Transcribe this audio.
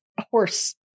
horse